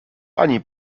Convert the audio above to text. pani